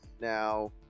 Now